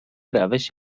روش